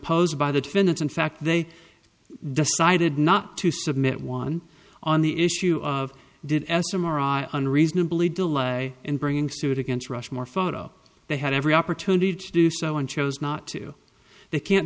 posed by the defendants in fact they decided not to submit one on the issue of did estimate unreadably delay in bringing suit against rushmore photo they had every opportunity to do so and chose not to they can